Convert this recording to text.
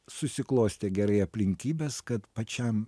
susiklostė gerai aplinkybės kad pačiam